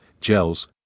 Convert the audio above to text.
gels